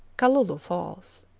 kalulu falls.